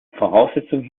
voraussetzung